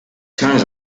turns